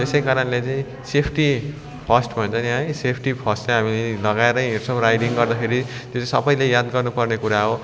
त्यसै कारणले चाहिँ सेफ्टी फर्स्ट भन्छ नि है सेफ्टी फर्स्ट चाहिँ हामी लगाएर हिँड्छौँ राइडिङ गर्दाखेरि त्यो चाहिँ सबैले याद गर्नु पर्ने कुरा हो